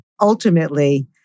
ultimately